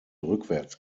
rückwärts